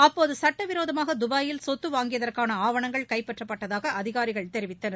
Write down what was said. அப்போது சட்டவிரோதமாக துபாயில் சொத்து வாங்கியதற்கான ஆவணங்கள் கைப்பற்றப்பட்டதாக அதிகாரிகள் தெரிவித்தனர்